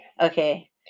Okay